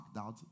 out